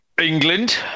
England